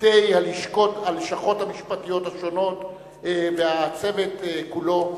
ולצוותי הלשכות המשפטיות השונות והצוות כולו,